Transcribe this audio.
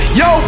yo